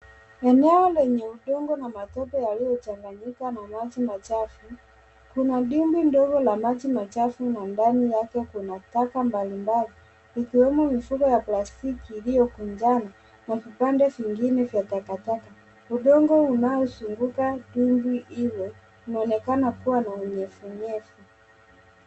Eneo lenye udongo na matope yaliochanganyika na maji machafu kuna dimbwi ndogo la maji machafu ndani yake kuna taka mbali mbali ikiwemo mifugo ya plastiki iliokunjana na vipande zingine vya takataka, udongo unaozunguka dimbwi ile unaonekana kuwa unyefu nyefu.